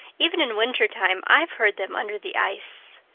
even in winter-time i've heard them under the ice.